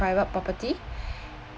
private property